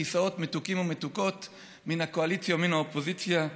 כיסאות מתוקים ומתוקות מן הקואליציה ומן האופוזיציה,